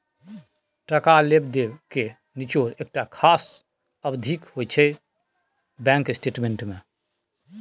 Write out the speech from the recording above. टका लेब देब केर निचोड़ एकटा खास अबधीक होइ छै बैंक स्टेटमेंट मे